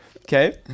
Okay